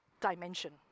dimension